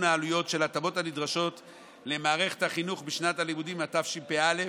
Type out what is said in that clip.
העלויות של ההתאמות הנדרשות למערכת החינוך בשנת הלימודים התשפ"א